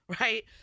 Right